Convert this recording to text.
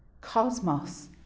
Cosmos